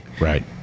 right